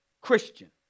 Christian